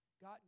God